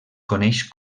coneix